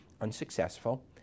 unsuccessful